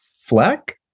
fleck